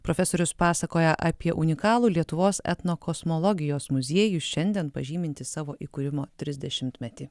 profesorius pasakoja apie unikalų lietuvos etnokosmologijos muziejų šiandien pažymintį savo įkūrimo trisdešimtmetį